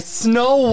snow